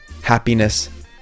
happiness